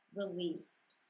released